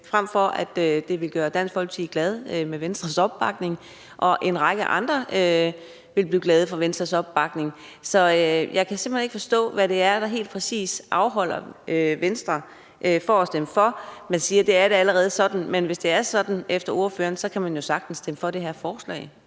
over at det vil gøre Dansk Folkeparti glad at få Venstres opbakning – og en række andre vil blive glade for Venstres opbakning. Så jeg kan simpelt hen ikke forstå, hvad det er, der helt præcist afholder Venstre fra at stemme for. Man siger, at det allerede er sådan, men hvis det er sådan, som ordføreren siger, så kan man jo sagtens stemme for det her forslag.